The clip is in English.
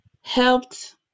helped